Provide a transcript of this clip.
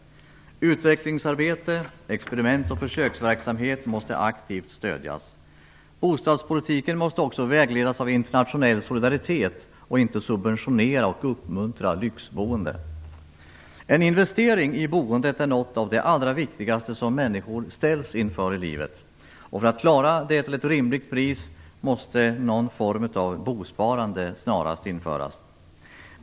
Utvecklingsarbete, experiment och försöksverksamhet måste aktivt stödjas. Bostadspolitiken måste också vägledas av internationell solidaritet och inte subventionera och uppmuntra lyxboende. En investering i boendet är något av det allra viktigaste som människor ställs inför i livet. För att de skall kunna klara av det till ett rimligt pris måste någon form av bosparande snarast införas.